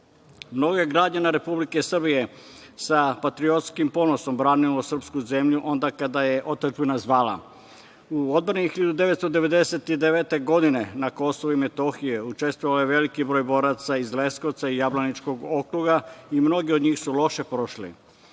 je građana Republike Srbije sa patriotskim ponosom branilo srpsku zemlju onda kada je otadžbina zvala.U odbrani 1999. godine na Kosovu i Metohiji učestvovalo je veliki broj boraca iz Leskovca i Jablaničkog okruga i mnogi od njih su loše prošli. Svi